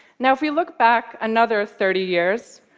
now, if we look back another thirty years,